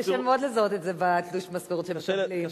שקשה מאוד לזהות את זה בתלוש משכורת שמקבלים.